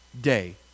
day